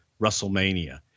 WrestleMania